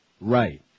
Right